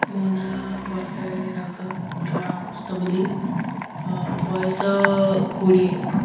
ମୋ ନାଁ ବର୍ଷାରାଣୀ ରାଉତ ଗାଁ ଓସ୍ତପାଲୀ ବୟସ କୋଡ଼ିଏ